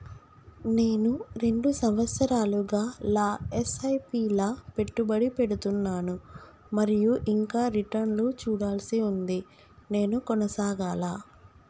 నేను రెండు సంవత్సరాలుగా ల ఎస్.ఐ.పి లా పెట్టుబడి పెడుతున్నాను మరియు ఇంకా రిటర్న్ లు చూడాల్సి ఉంది నేను కొనసాగాలా?